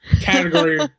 category